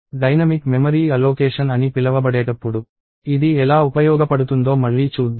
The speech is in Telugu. డైనమిక్ మెమరీ అలోకేషన్ అని పిలవబడేటప్పుడు ఇది ఎలా ఉపయోగపడుతుందో మళ్ళీ చూద్దాం